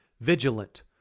Vigilant